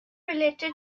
related